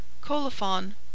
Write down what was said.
Colophon